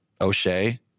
O'Shea